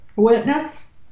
witness